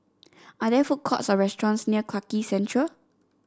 are there food courts or restaurants near Clarke Quay Central